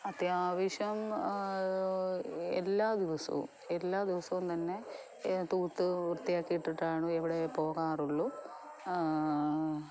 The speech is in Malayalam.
അത്യാവശ്യം എല്ലാ ദിവസവും എല്ലാ ദിവസവും തന്നെ തൂത്ത് വൃത്തിയാക്കിയിട്ടിട്ടാണ് എവിടെയും പോകാറുള്ളൂ